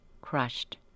crushed